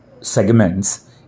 segments